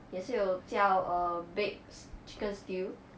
也是有叫 err bakes chicken stew